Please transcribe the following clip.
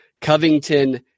Covington